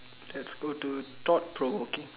let's go to thought Pro okay